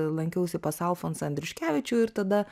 lankiausi pas alfonsą andriuškevičių ir tada